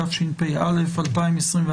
התשפ"א-2021,